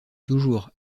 toujours